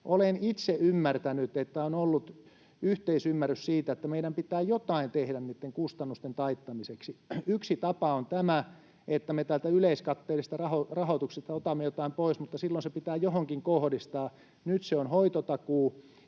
Olen itse ymmärtänyt, että on ollut yhteisymmärrys siitä, että meidän pitää jotain tehdä niitten kustannusten taittamiseksi. Yksi tapa on tämä, että me täältä yleiskatteellisesta rahoituksesta otamme jotain pois, mutta silloin se pitää johonkin kohdistaa. Nyt se on hoitotakuu,